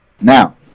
Now